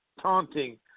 taunting